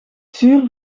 zuur